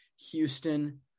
Houston